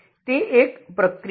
તે એક પ્રક્રિયા છે